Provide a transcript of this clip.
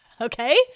Okay